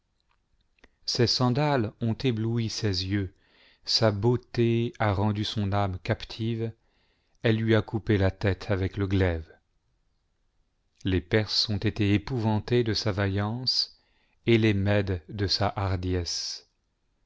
ses sandales ont ébloui ses yeux sa beauté a rendu son âme captive elle lui a coupé la tête avec le glaive les perses ont été épouvantés de sa vaillance et les mèdes de sa hardiesse